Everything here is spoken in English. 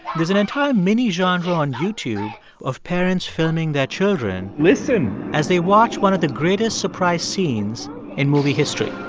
there's an entire mini-genre on youtube of parents filming their children. listen. as they watch one of the greatest surprise scenes in movie history.